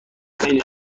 خیلی